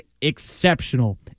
exceptional